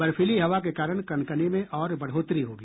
बर्फीली हवा के कारण कनकनी में और बढ़ोतरी होगी